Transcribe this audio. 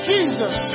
Jesus